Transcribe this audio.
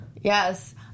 Yes